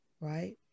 Right